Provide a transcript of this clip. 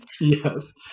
Yes